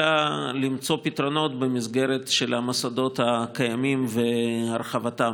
אלא למצוא פתרונות במסגרת של המוסדות הקיימים והרחבתם.